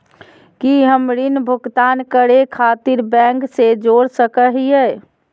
की हम ऋण भुगतान करे खातिर बैंक से जोड़ सको हियै?